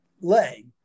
leg